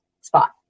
spot